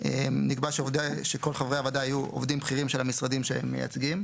נקבע שכל חברי הוועדה יהיו עובדים בכירים של המשרדים שהם מייצגים.